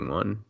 one